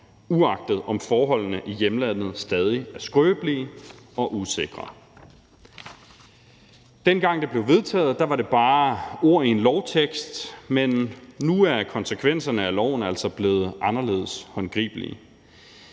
uanset om forholdene i hjemlandet stadig er skrøbelige og usikre. Dengang det blev vedtaget, var det bare ord i en lovtekst, men nu er konsekvenserne af loven altså blevet anderledes håndgribelige.